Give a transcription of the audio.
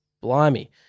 Blimey